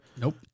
Nope